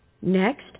Next